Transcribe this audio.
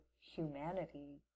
humanity